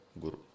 Guru